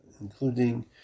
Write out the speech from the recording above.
including